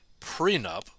prenup